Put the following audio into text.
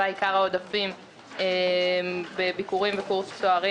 שבה עיקר העודפים זה בביקורים ובקורס צוערים,